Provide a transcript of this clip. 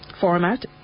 format